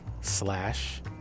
slash